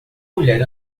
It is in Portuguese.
mulher